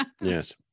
yes